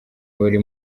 buri